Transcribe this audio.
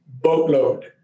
boatload